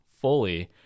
fully